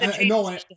No